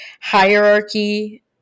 hierarchy